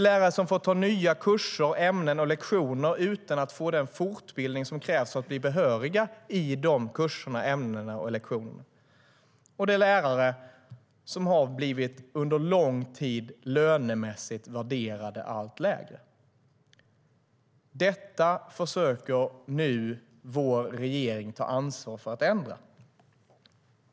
Lärare får ta nya kurser, ämnen och lektioner utan att få den fortbildning som krävs för att de ska bli behöriga att hålla lektioner i de kurserna och ämnena. Lärare har under lång tid lönemässigt blivit allt lägre värderade. Detta försöker nu vår regering ta ansvar för att ändra.